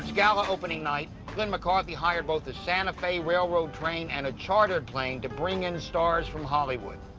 gala opening night, glenn mccarthy hired both a santa fe railroad train and a charter plane to bring in stars from hollywood.